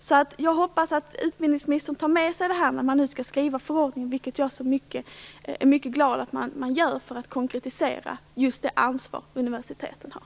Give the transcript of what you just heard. Jag hoppas därför att utbildningsministern tar med sig detta när man nu skall skriva förordningen. Jag är väldigt glad att man skall göra det och därmed konkretisera det ansvar universiteten har.